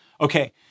Okay